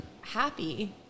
happy